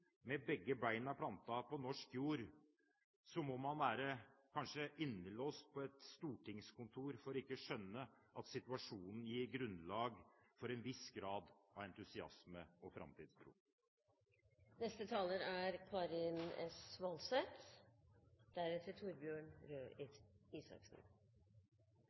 med begge beina plantet på norsk jord, må man kanskje være innelåst på et stortingskontor for ikke å skjønne at situasjonen gir grunnlag for en viss grad av entusiasme og framtidstro.